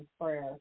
prayer